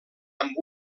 amb